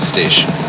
Station